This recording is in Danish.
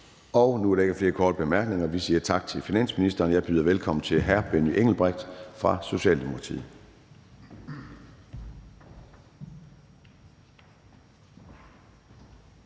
Nu er der ikke flere korte bemærkninger. Vi siger tak til finansministeren. Jeg byder velkommen til hr. Benny Engelbrecht fra Socialdemokratiet.